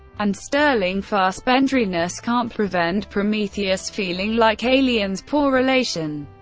and sterling fassbenderiness can't prevent prometheus feeling like aliens poor relation.